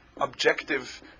objective